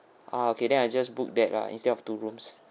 ah okay then I just book that lah instead of two rooms